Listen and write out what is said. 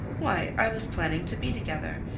why, i was planning to be together,